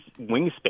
wingspan